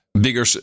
bigger